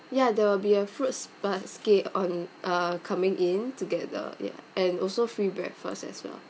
ya there will be a fruits basket on uh coming in together ya and also free breakfast as well